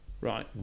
right